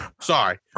sorry